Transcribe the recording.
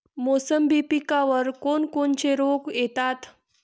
मोसंबी पिकावर कोन कोनचे रोग येतात?